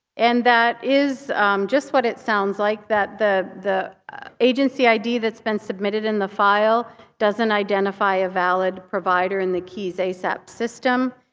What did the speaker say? and that is just what it sounds like. the the agency id that's been submitted in the file doesn't identify a valid provider in the qies asap system.